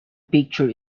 picture